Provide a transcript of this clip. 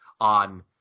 on